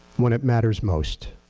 when it matters most?